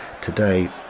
today